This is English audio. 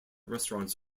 restaurants